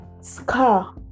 scar